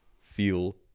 feel